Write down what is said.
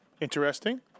interesting